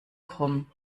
krumm